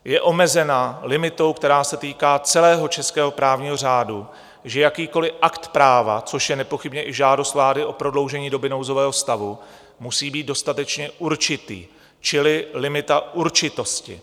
Je omezena limitou, která se týká celého českého právního řádu, že jakýkoliv akt práva, což je nepochybně i žádost vlády o prodloužení doby nouzového stavu, musí být dostatečně určitý, čili limita určitosti.